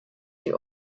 die